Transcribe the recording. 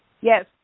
Yes